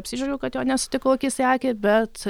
apsidžiaugiau kad jo nesutikau akis į akį bet